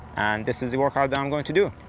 and this is the workout that i'm going to do.